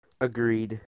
Agreed